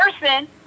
person